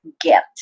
get